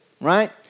right